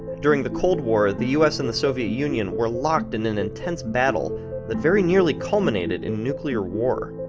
during the cold war, the us and the soviet union were locked in an intense battle that very nearly culminated in nuclear war.